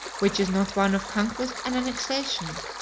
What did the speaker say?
which is not one of conquest and annexation,